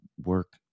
work